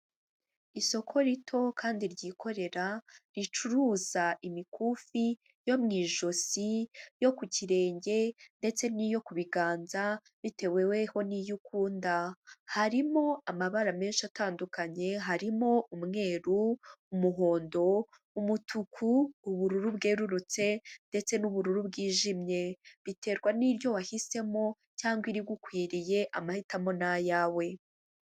Isoko rito kandi ryikorera, ricuruza imikufi yo mu ijosi, iyo ku kirenge ndetse n'iyo ku biganza bitewe weho n'iyo ukunda, harimo amabara menshi atandukanye, harimo umweru, umuhondo, umutuku, ubururu bwerurutse ndetse n'ubururu bwijimye, biterwa n'iryo wahisemo cyangwa irigukwiriye, amahitamo ni ayawe.